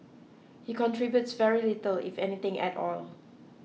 he contributes very little if anything at all